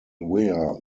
weir